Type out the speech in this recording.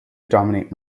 dominate